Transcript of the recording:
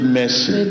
mercy